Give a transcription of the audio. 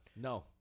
No